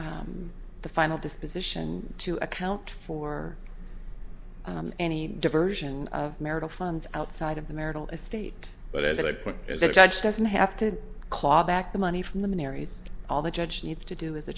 the final disposition to account for any diversion of marital funds outside of the marital estate but as i put as the judge doesn't have to claw back the money from the marys all the judge needs to do is